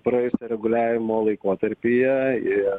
praėjusio reguliavimo laikotarpyje ir